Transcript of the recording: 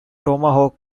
tomahawk